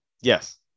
Yes